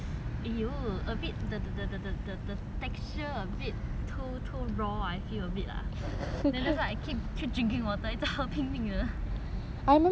the the the texture a bit too raw I feel a bit lah then that's why I keep drinking water 一直喝拼命的